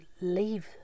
leave